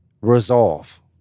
resolve